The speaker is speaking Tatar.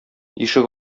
ишек